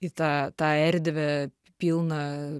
į tą tą erdvę pilną